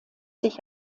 sich